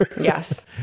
Yes